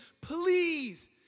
Please